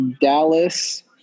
Dallas